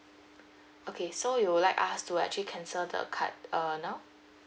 okay so you would like us to actually cancel the card err now